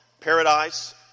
paradise